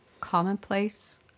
commonplace